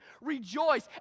Rejoice